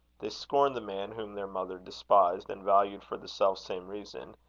they scorned the man whom their mother despised and valued for the self-same reason,